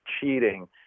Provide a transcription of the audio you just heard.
cheating